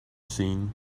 seen